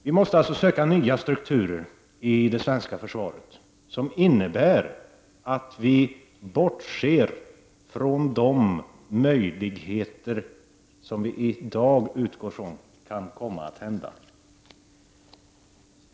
Vi måste alltså söka nya strukturer i det svenska försvaret som innebär att vi bortser från de händelseförlopp som vi i dag utgår ifrån kan komma att inträffa.